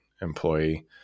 employee